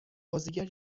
بازیگر